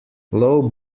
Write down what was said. low